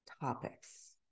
topics